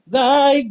thy